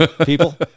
people